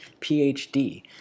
PhD